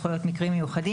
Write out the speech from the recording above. יכולים להיות מקרים מיוחדים.